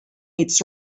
its